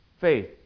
faith